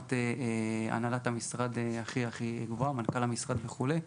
ברמת הנהלת המשרד הכי גבוהה מנכ"ל המשרד וכולי.